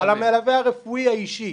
על המלווה הרפואי האישי.